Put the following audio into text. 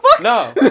no